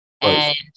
And-